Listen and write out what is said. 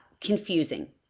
confusing